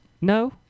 No